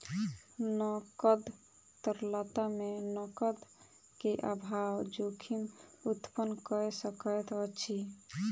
नकद तरलता मे नकद के अभाव जोखिम उत्पन्न कय सकैत अछि